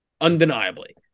Undeniably